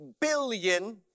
billion